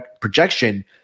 projection